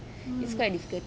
mm